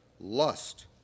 lust